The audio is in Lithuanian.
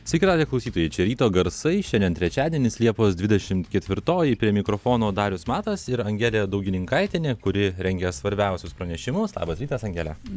sveiki radijo klausytojai čia ryto garsai šiandien trečiadienis liepos dvidešim ketvirtoji prie mikrofono darius matas ir angelė daugininkaitienė kuri rengia svarbiausius pranešimus labas rytas angele